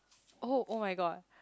oh [oh]-my-god